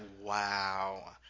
wow